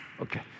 Okay